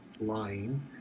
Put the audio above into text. lying